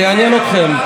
זה יעניין אתכם.